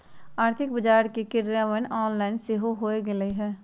आर्थिक बजार के क्रियान्वयन ऑनलाइन सेहो होय लगलइ ह